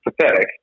pathetic